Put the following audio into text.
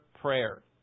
prayer